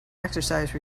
exercise